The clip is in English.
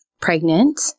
pregnant